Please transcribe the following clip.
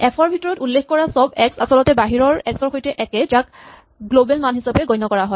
F ৰ ভিতৰত উল্লেখ কৰা চব এক্স আচলতে বাহিৰৰ এক্স ৰ সৈতে একে যাক গ্লৱেল মান হিচাপে গণ্য কৰা হয়